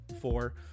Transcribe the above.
four